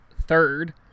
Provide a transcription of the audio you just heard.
third